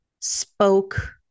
spoke